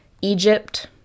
Egypt